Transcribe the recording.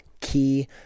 key